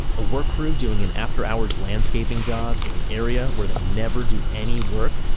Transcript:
a work crew doing an after-hours landscaping job in an area where they never do any work.